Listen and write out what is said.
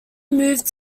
moved